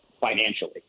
financially